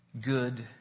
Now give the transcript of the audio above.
good